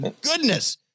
goodness